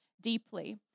deeply